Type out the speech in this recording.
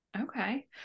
Okay